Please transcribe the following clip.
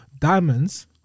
Diamonds